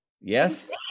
yes